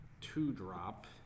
two-drop